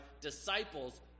disciples